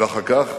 ואחר כך,